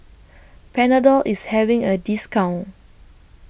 Panadol IS having A discount